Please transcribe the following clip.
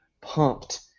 pumped